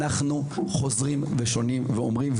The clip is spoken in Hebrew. אנחנו חוזרים ושונים ואומרים,